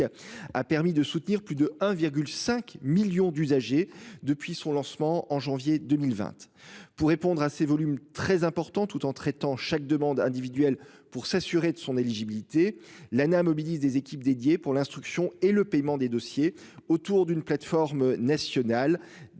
a permis de soutenir plus de 1,5 millions d'usagers. Depuis son lancement en janvier 2020 pour répondre à ces volumes très importants tout en traitant chaque demande individuelle pour s'assurer de son éligibilité Lana mobilise des équipes dédiées pour l'instruction et le paiement des dossiers autour d'une plateforme nationale